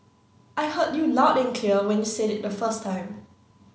I heard you loud and clear when you said it the first time